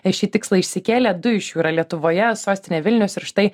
šį tikslą išsikėlė du iš jų yra lietuvoje sostinė vilnius ir štai